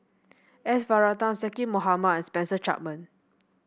S Varathan Zaqy Mohamad and Spencer Chapman